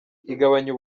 igabanya